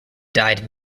died